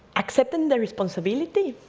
accepting the responsibility,